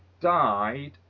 died